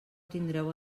tindreu